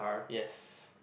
yes